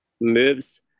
moves